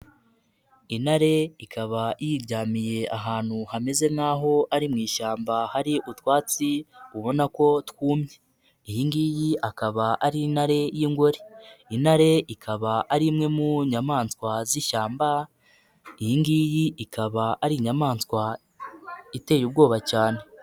Intare ikaba yiryamiye ahantu hameze naho ari mu ishyamba hari utwatsi ubona ko twumye, iyi ngiyi akaba ari intare y'ingore, intare ikaba ari imwe mu nyamaswa z'ishyamba, iyi ngiyi ikaba ari inyamaswa iteye ubwoba cyane.